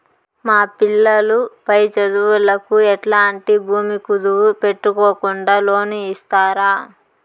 మా పిల్లలు పై చదువులకు ఎట్లాంటి భూమి కుదువు పెట్టుకోకుండా లోను ఇస్తారా